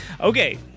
Okay